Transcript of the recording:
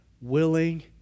willing